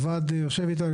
הוועד יושב איתנו.